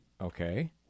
Okay